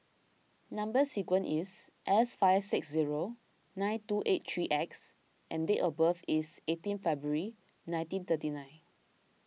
Number Sequence is S five six zero nine two eight three X and date of birth is eighteen February nineteen thirty nine